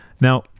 now